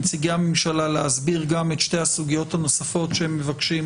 מנציגי הממשלה להסביר גם את שתי הסוגיות הנוספות שהם מבקשים